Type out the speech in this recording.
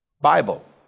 Bible